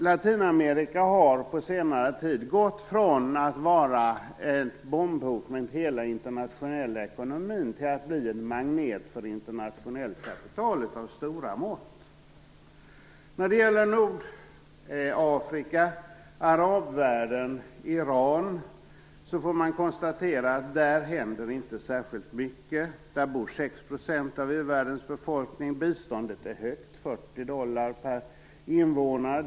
Latinamerika har på senare tid gått från att vara ett bombhot mot hela den internationella ekonomin till att bli en magnet för internationellt kapital av stora mått. I Nordafrika, arabvärlden och Iran kan man konstatera att det inte händer särskilt mycket. Där bor 6 % av u-världens befolkning. Biståndet är högt, 40 dollar per invånare.